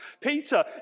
Peter